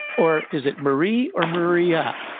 or, is it marie or maria.